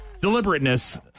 deliberateness